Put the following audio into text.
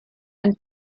and